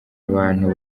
abantu